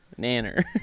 Nanner